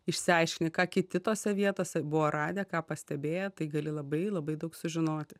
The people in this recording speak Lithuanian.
išsiaiškini ką kiti tose vietose buvo radę ką pastebėję tai gali labai labai daug sužinoti